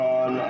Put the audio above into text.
on